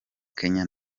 kenya